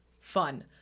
fun